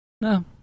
No